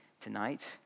tonight